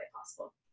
possible